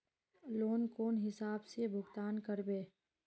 Loan कौन हिसाब से भुगतान करबे?